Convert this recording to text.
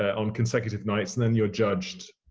ah on consecutive nights and then you're judged,